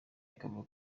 ikavuga